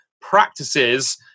practices